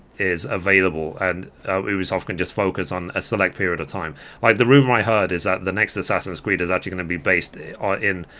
is available and it was often just focus on a select period of time like the rumor i heard is that the next assassin's creed is actually gonna be based ah in